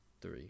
three